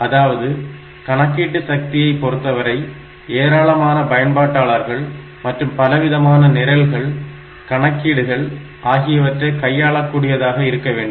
அதாவது கணக்கீட்டு சக்தியை பொறுத்தவரை ஏராளமான பயன்பாட்டாளர்கள் மற்றும் பலவிதமான நிரல்கள் கணக்கீடுகள் ஆகியவற்றை கையாளக்கூடியதாக இருத்தல் வேண்டும்